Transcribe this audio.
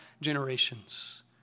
generations